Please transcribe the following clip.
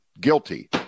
guilty